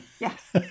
Yes